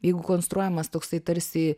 jeigu konstruojamas toksai tarsi